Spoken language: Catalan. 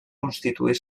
constituir